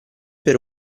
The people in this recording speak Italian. per